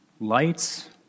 lights